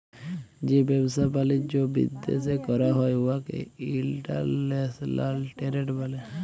যে ব্যবসা বালিজ্য বিদ্যাশে ক্যরা হ্যয় উয়াকে ইলটারল্যাশলাল টেরেড ব্যলে